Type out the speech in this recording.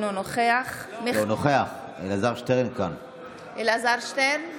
נגד מיכל שיר סגמן, אינה נוכחת נאור שירי,